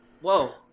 Whoa